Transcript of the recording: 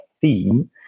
theme